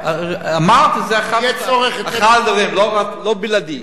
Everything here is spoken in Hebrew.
אמרתי שזה אחד הדברים, לא בלעדי.